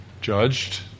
judged